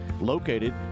located